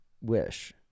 wish